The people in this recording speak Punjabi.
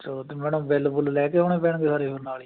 ਚਲੋ ਅਤੇ ਮੈਡਮ ਬਿਲ ਬੁਲ ਲੈ ਕੇ ਆਉਣੇ ਪੈਣਗੇ ਸਾਰੇ ਉਹ ਨਾਲ ਜੀ